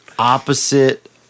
opposite